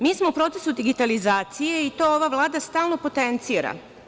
Mi smo u procesu digitalizacije i to ova Vlada stalno potencira.